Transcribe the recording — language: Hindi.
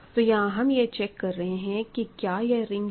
तो यहां हम यह चेक कर रहे हैं कि क्या यह रिंग है